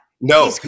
No